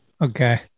Okay